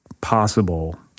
possible